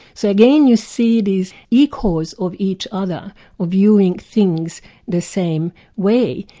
so again you see these echoes of each other, of viewing things the same way,